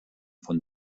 von